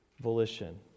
volition